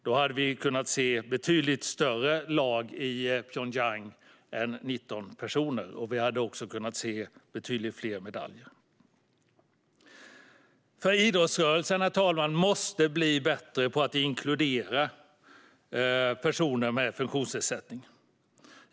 Då hade vi kunnat se ett betydligt större lag i Pyeongchang än 19 personer. Vi hade också kunnat se betydligt fler medaljer. Idrottsrörelsen, herr talman, måste bli bättre på att inkludera personer med funktionsnedsättning.